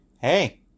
hey